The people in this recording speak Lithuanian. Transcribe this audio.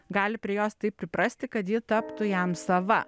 gali prie jos taip priprasti kad ji taptų jam sava